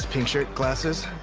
pink shirt, glasses.